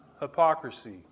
hypocrisy